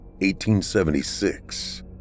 1876